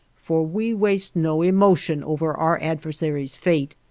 for we waste no emotion over our adversary's fate.